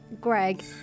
Greg